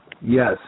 Yes